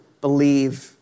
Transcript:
believe